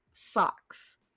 socks